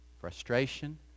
frustration